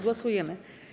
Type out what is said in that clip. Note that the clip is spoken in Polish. Głosujemy.